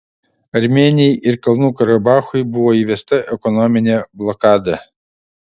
armėnijai ir kalnų karabachui buvo įvesta ekonominė blokada